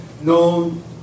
known